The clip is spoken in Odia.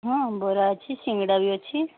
ହଁ ବରା ଅଛି ସିଙ୍ଗଡ଼ା ବି ଅଛି